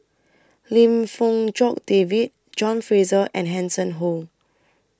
Lim Fong Jock David John Fraser and Hanson Ho